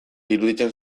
iruditzen